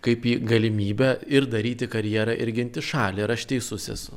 kaip į galimybę ir daryti karjerą ir ginti šalį ar aš teisus esu